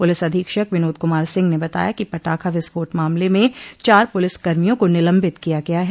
police अधीक्षक विनोद कुमार सिंह ने बताया कि पटाखा विस्फोट मामले में चार पुलिस कर्मियों को निलम्बित किया गया है